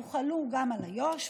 הוחלו גם על איו"ש,